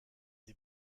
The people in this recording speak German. sie